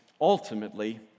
ultimately